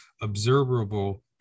observable